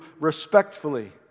respectfully